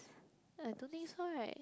I don't think so right